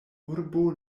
urbo